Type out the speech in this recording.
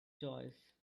choice